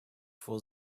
for